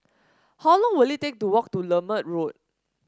how long will it take to walk to Lermit Road